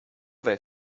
they